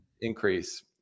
increase